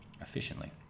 efficiently